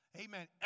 Amen